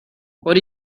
what